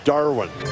Darwin